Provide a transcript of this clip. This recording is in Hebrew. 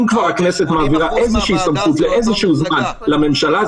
אם כבר הכנסת מעבירה איזושהי סמכות לאיזשהו זמן לממשלה,